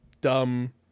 dumb